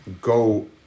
go